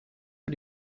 für